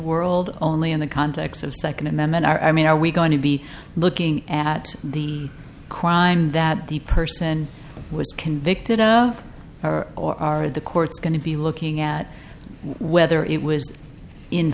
world only in the context of the second amendment i mean are we going to be looking at the crime that the person was convicted of or are the courts going to be looking at whether it was in